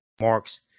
marks